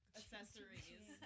accessories